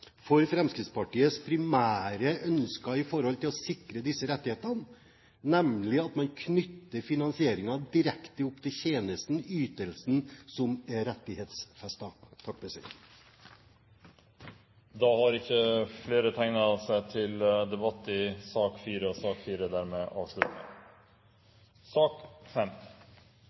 for Fremskrittspartiets primære ønsker i forhold til å sikre disse rettighetene, nemlig at man knytter finansieringen direkte opp til tjenesten eller ytelsen som er rettighetsfestet. Flere har ikke bedt om ordet til